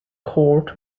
court